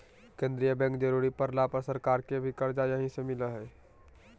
केंद्रीय बैंक जरुरी पड़ला पर सरकार के भी कर्जा यहीं से मिलो हइ